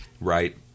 right